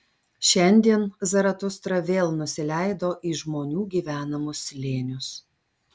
šiandien zaratustra vėl nusileido į žmonių gyvenamus slėnius